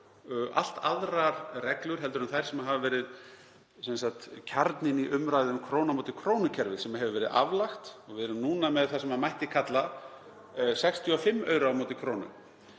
allt aðrar reglur en þær sem hafa verið kjarninn í umræðu um krónu á móti krónu kerfið sem hefur verið aflagt. Við erum núna með það sem mætti kalla 65 aura á móti krónu.